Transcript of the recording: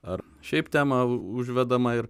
ar šiaip tema užvedama ir